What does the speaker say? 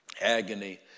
agony